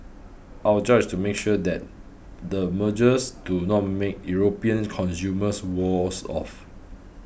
our job is to make sure that the mergers do not make European consumers worse off